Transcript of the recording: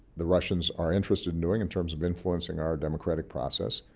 the russians are interested in doing in terms of influencing our democratic process